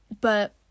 but-